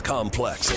Complex